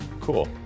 Cool